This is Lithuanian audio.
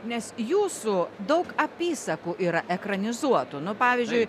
nes jūsų daug apysakų yra ekranizuotų nu pavyzdžiui